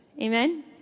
Amen